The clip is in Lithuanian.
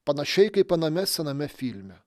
panašiai kaip aname sename filme